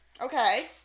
okay